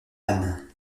ann